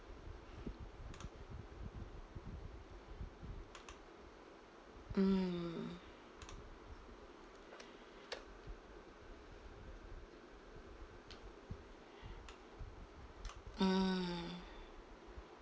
mm mm